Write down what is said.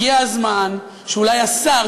הגיע הזמן שאולי השר,